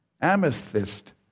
amethyst